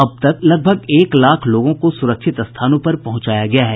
अब तक लगभग एक लाख लोगों को सुरक्षित स्थानों पर पहुंचाया गया है